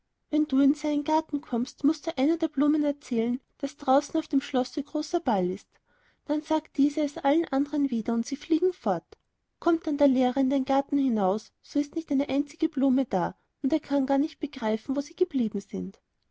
wenn du in seinen garten kommst mußt du einer der blumen erzählen daß draußen auf dem schlosse großer ball ist dann sagt diese es allen andern wieder und sie fliegen fort kommt dann der lehrer in den garten hinaus so ist nicht eine einzige blume da und er kann gar nicht begreifen wo sie geblieben sind